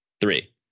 three